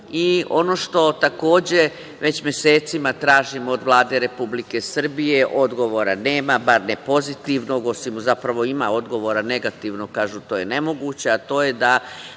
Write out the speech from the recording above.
što takođe već mesecima tražimo do Vlade Republike Srbije, odgovora nema, barem ne pozitivnog, zapravo ima odgovora, negativnog, kažu to je nemoguće, a to je da